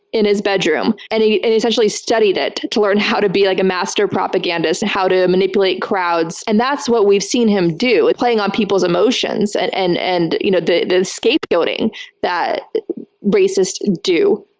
in his bedroom, and he essentially studied it to learn how to be like a master propagandist, how to manipulate crowds. and that's what we've seen him do, playing on people's emotions and and and you know the the scapegoating that racists do,